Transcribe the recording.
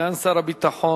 סגן שר הביטחון